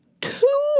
two